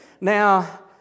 Now